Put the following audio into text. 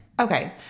Okay